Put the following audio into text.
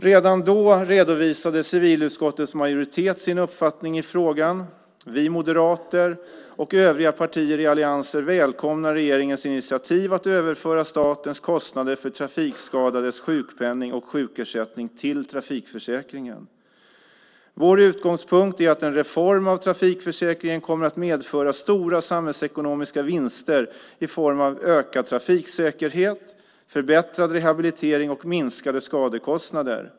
Redan då redovisade civilutskottets majoritet sin uppfattning i frågan. Vi moderater och övriga partier i alliansen välkomnar regeringens initiativ att överföra statens kostnader för trafikskadades sjukpenning och sjukersättning till trafikförsäkringen. Vår utgångspunkt är att en reform av trafikförsäkringen kommer att medföra stora samhällsekonomiska vinster i form av ökad trafiksäkerhet, förbättrad rehabilitering och minskade skadekostnader.